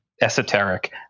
esoteric